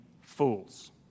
fools